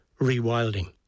rewilding